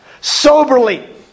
soberly